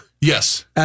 Yes